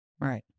Right